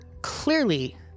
clearly